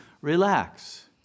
relax